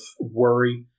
worry